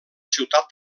ciutat